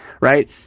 right